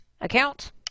Account